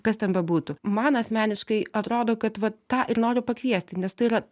kas ten bebūtų man asmeniškai atrodo kad va tą ir noriu pakviesti nes tai yra